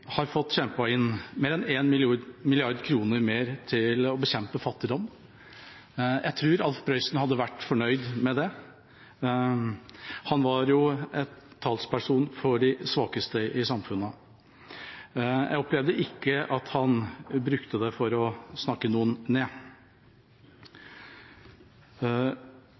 har fått kjempet inn mer enn 1 mrd. kr mer for å bekjempe fattigdom. Jeg tror at Alf Prøysen hadde vært fornøyd med det. Han var jo talsperson for de svakeste i samfunnet. Jeg opplevde ikke at han brukte den for å snakke noen ned.